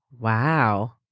Wow